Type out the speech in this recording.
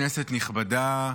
כנסת נכבדה,